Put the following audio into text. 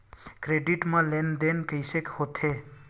Credit मा लेन देन कइसे होथे?